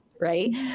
Right